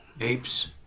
Apes